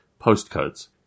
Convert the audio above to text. postcodes